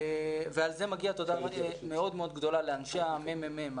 ועל זה מגיעה תודה מאוד גדולה לאנשי הממ"מ,